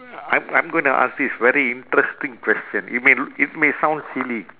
I'm I'm gonna ask this very interesting question it may it may sound silly